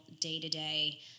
day-to-day